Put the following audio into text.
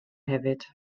hefyd